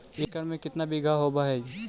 एक एकड़ में केतना बिघा होब हइ?